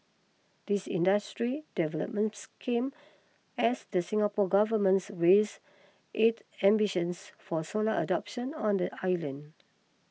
these industry developments come as the Singapore Government's raise its ambitions for solar adoption on the island